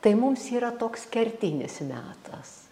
tai mums yra toks kertinis metas